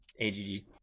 AGG